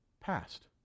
past